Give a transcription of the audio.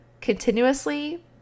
continuously